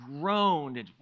groaned